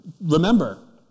remember